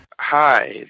Hi